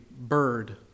bird